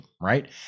right